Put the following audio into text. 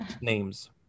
names